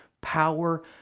power